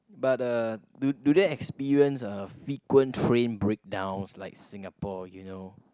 but uh do do they experience uh frequent train breakdowns like Singapore you know